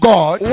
God